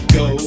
go